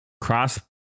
cross